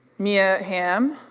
mia hamm,